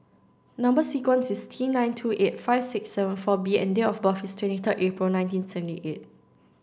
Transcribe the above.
number sequence is T nine two eight five six seven four B and date of birth is twenty third April nineteen seventy eight